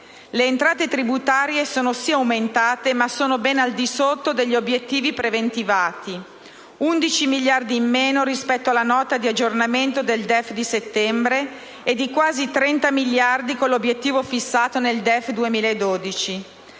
Le entrate tributarie sono, sì, aumentate, ma sono ben al di sotto degli obiettivi preventivati: 11 miliardi in meno rispetto alla Nota di aggiornamento del DEF di settembre e di quasi 30 miliardi rispetto al DEF 2012.